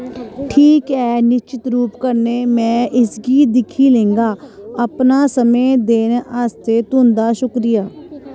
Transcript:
ठीक ऐ निश्चत रूप कन्नै में इसगी दिक्खी लैंगा अपना समें देने आस्तै तुं'दा शुक्रिया